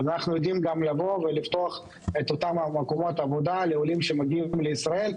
אנחנו יודעים לבוא ולפתוח את אותם מקומות העבודה לעולים שמגיעים לישראל.